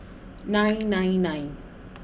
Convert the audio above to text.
nine nine nine